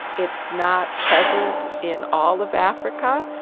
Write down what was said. it's not present in all of africa,